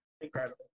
incredible